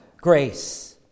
grace